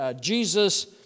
Jesus